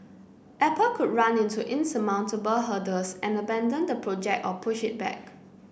Apple could run into insurmountable hurdles and abandon the project or push it back